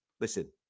Listen